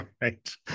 right